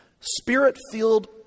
Spirit-filled